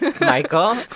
Michael